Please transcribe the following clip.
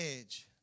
edge